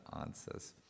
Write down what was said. answers